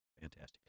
Fantastic